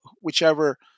whichever